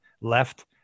left